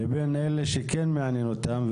לבין אלה שכן מעניין אותם,